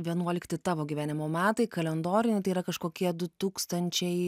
vienuolikti tavo gyvenimo metai kalendoriuje tai yra kažkokie du tūkstančiai